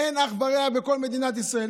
אין לזה אח ורע בכל מדינת ישראל.